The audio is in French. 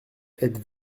êtes